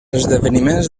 esdeveniments